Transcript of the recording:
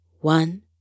One